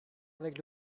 avec